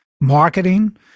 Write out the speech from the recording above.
marketing